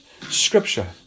scripture